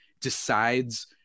decides